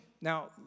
Now